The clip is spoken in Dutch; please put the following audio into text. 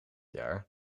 jaar